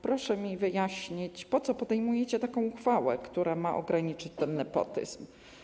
Proszę mi wyjaśnić, po co podejmujecie uchwałę, która ma ograniczyć ten nepotyzm.